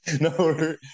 No